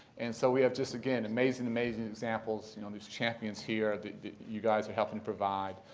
and so we have just, again, amazing amazing examples, you know these champions here that you guys are helping to provide,